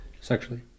sexually